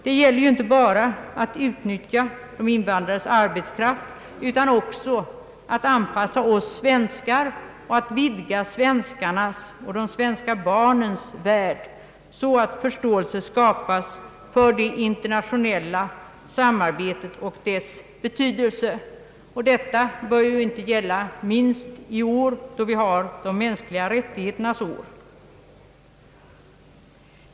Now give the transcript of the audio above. Det gäller inte bara att utnyttja de invandrades arbetskraft, utan också att anpassa oss svenskar och att vidga svenskarnas och särskilt de svenska barnens värld så att förståelse skapas för det internationella samarbetets betydelse. Detta bör inte minst gälla i år, de mänskliga rättigheternas år.